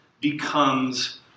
becomes